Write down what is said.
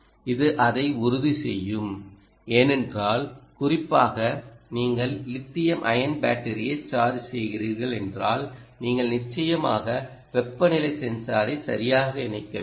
இது அதை உறுதி செய்யும் ஏனென்றால் குறிப்பாக நீங்கள் லித்தியம் அயன் பேட்டரியை சார்ஜ் செய்கிறீர்கள் என்றால் நீங்கள் நிச்சயமாக வெப்பநிலை சென்சாரை சரியாக இணைக்க வேண்டும்